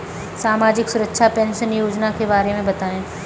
सामाजिक सुरक्षा पेंशन योजना के बारे में बताएँ?